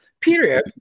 period